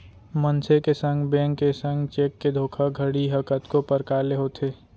मनसे के संग, बेंक के संग चेक के धोखाघड़ी ह कतको परकार ले होथे